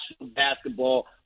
Basketball